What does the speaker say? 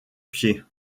pied